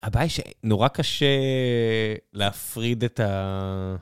הבעיה היא שנורא קשה להפריד את ה...